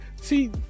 see